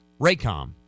Raycom